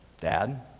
Dad